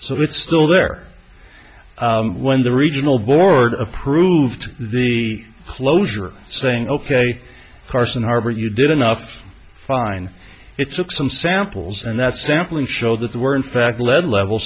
so it's still there when the regional board approved the closure saying ok carson harbor you did enough fine it took some samples and that sampling showed that they were in fact lead level